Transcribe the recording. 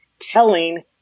telling